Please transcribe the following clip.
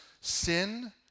sin